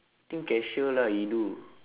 think cashier lah he do